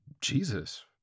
Jesus